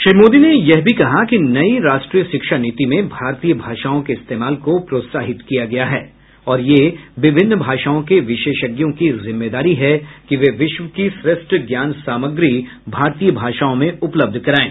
श्री मोदी ने यह भी कहा कि नई राष्ट्रीय शिक्षा नीति में भारतीय भाषाओं के इस्तेमाल को प्रोत्साहित किया गया है और ये विभिन्न भाषाओं के विशेषज्ञों की जिम्मेदारी है कि वे विश्व की श्रेष्ठ ज्ञान सामग्री भारतीय भाषाओं में उपलब्ध कराएं